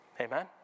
Amen